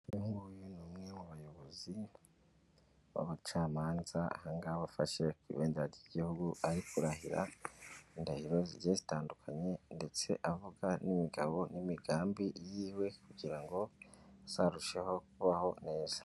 Uyu nguyu ni umwe mu bayobozi b'abacamanza aha ngaha wafashe ku ibendera ry'igihugu, ari kurahira indahiro zigiye zitandukanye ndetse avuga n'imigabo n'imigambi yiwe, kugira ngo azarusheho kubaho neza.